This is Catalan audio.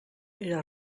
era